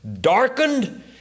darkened